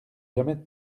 jamais